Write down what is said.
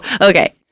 okay